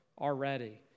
already